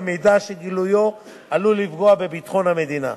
במידע שגילויו עלול לפגוע בביטחון המדינה,